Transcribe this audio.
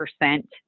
percent